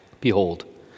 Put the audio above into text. Behold